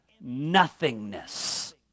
nothingness